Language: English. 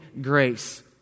grace